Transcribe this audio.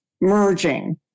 merging